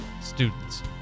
students